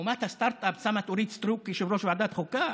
אומת הסטרטאפ שמה את אורית סטרוק כיושבת-ראש ועדת חוקה.